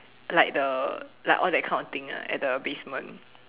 like the like all that kind of thing ah at the basement